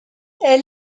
elle